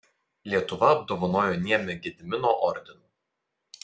lietuva apdovanojo niemį gedimino ordinu